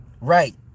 Right